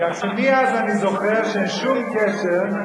כך שמאז אני זוכר שאין שום קשר,